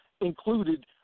included